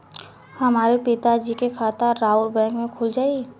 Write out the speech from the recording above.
हमरे पिता जी के खाता राउर बैंक में खुल जाई?